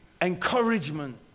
encouragement